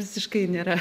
visiškai nėra